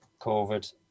covid